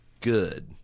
good